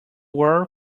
word